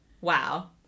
Wow